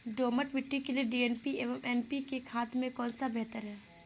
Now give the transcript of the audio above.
दोमट मिट्टी के लिए डी.ए.पी एवं एन.पी.के खाद में कौन बेहतर है?